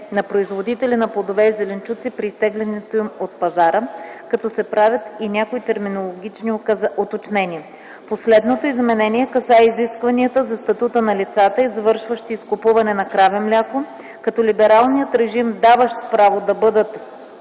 на производители на плодове и зеленчуци при изтеглянето им от пазара, като се правят и някои терминологични уточнения. Последното изменение касае изискванията за статута на лицата, извършващи изкупуване на краве мляко, като либералният режим, даващ право да бъдат